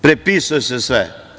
Prepisuje se sve.